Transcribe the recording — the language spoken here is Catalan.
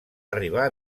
arribar